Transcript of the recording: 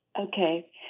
Okay